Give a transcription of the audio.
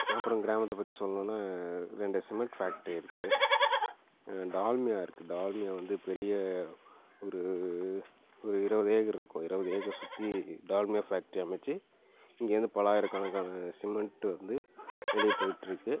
அப்புறம் கிராமத்தை பற்றி சொல்லணுன்னா ரெண்டு சிமெண்ட் ஃபேக்ட்ரி இருக்கு டால்மியா இருக்கு டால்மியா வந்து பெரிய ஒரு ஒரு இருவது ஏக்கர் இருக்கும் இருவது ஏக்கர் சுற்றி டால்மியா ஃபேக்ட்ரி அமைச்சி இங்கேந்து பலாயிரக்கணக்கான சிமெண்ட்டு வந்து வெளியே போயிட்டுருக்கு